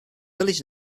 village